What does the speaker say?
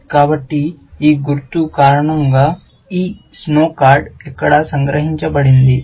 కాబట్టి ఈ గుర్తు కారణంగా ఈ స్నో కార్డు ఇక్కడ సంగ్రహించబడింది